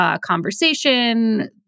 conversation